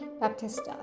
Baptista